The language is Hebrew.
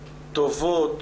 טובות,